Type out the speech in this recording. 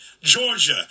Georgia